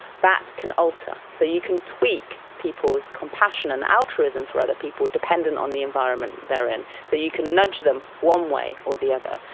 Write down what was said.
that can alter. so you can tweak people's compassion and altruism for other people dependent on the environment they are in. so you can nudge them one way or the other.